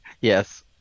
Yes